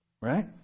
right